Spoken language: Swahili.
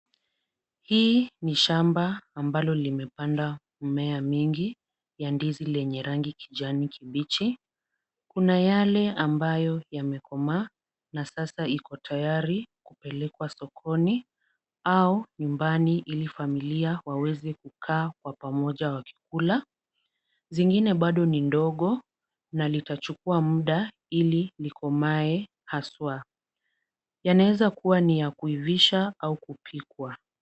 Hii ni shamba ambalo limepandwa mmea mingi ya ndizi lenye rangi kijani kibichi. Kuna yale ambayo yamekomaa na sasa iko tayari kupelekwa sokoni au nyumbani ili familia waweze kukaa kwa pamoja wakikula. Zingine bado ni ndogo na litachukua muda ili likomae haswa. Yanaweza kuwa ni ya kuivisha au kupikwa.